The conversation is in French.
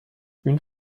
une